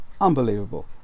Unbelievable